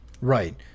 Right